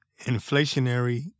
inflationary